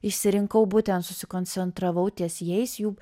išsirinkau būtent susikoncentravau ties jais jų